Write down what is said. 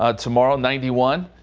ah tomorrow ninety one.